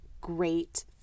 great